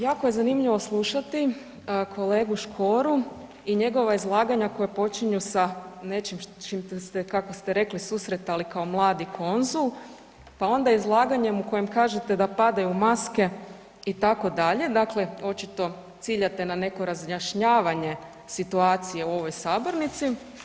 Jako je zanimljivo slušati kolegu Škoru i njegova izlaganja koja počinju sa nečim s čim ste rekli kako ste rekli susretali kao mladi konzul, pa onda izlaganjem u kojem kažete da padaju maske itd., dakle očito ciljate na neko razjašnjavanje situacije u ovoj sabornici.